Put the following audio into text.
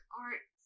art